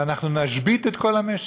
אנחנו נשבית את כל המשק,